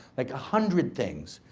like a hundred things.